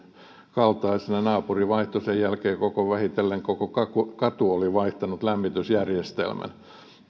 kaltaisena naapuri vaihtoi ja sen jälkeen vähitellen koko katu oli vaihtanut lämmitysjärjestelmän